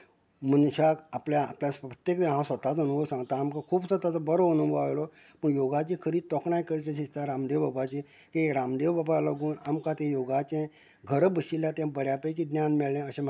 मनशांक आपल्या प्रत्येक हांव स्वताचो अनुभव सांगता आमकां खुबसो ताचो बरो अनुभव आयलो पूण योगाची खरी तोखणाय करची अशीं दिसता रामदेव बाबाची की रामदेव बाबांक लागून आमकां ते योगाचें घरां बशिल्ल्या त्या बऱ्यापैकी ज्ञान मेळ्ळें अशें म्हाका दिसता